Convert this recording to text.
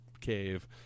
cave